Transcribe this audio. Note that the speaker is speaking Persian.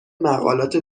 مقالات